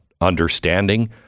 understanding